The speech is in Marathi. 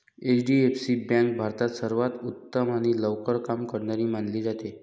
एच.डी.एफ.सी बँक भारतात सर्वांत उत्तम आणि लवकर काम करणारी मानली जाते